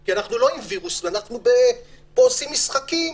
כי אנחנו לא עם וירוס ואנחנו עושים משחקים